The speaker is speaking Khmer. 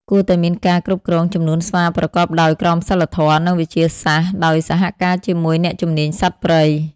គួរតែមានការគ្រប់គ្រងចំនួនស្វាប្រកបដោយក្រមសីលធម៌ និងវិទ្យាសាស្ត្រ ដោយសហការជាមួយអ្នកជំនាញសត្វព្រៃ។